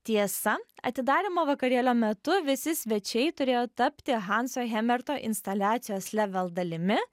tiesa atidarymo vakarėlio metu visi svečiai turėjo tapti hanso hemerto instaliacijos level dalimi